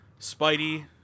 Spidey